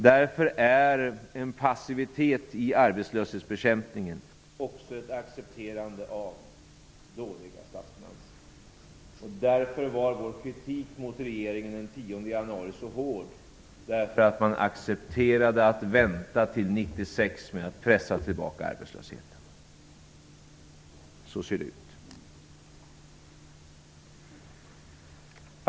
Därför är passiviteten i arbetslöshetsbekämpningen också ett accepterande av dåliga statsfinanser. Därför var vår kritik mot regeringen den 10 januari så hård. Man accepterade att vänta till 1996 med att pressa tillbaka arbetslösheten. Så ser det ut.